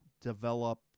develop